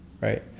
right